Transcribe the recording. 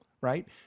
right